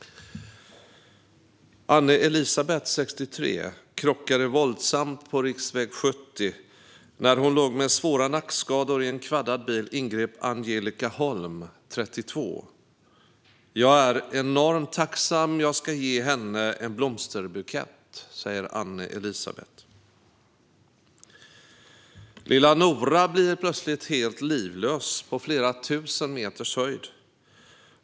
Anne-Elisabeth, 63, krockade våldsamt på riksväg 70. När hon låg med svåra nackskador i en kvaddad bil ingrep Angelica Holm, 32. "Jag är enormt tacksam. Jag ska ge henne en blomsterbukett", säger Anne-Elisabeth. Lilla Nora blir plötsligt helt livlös på flera tusen meters höjd.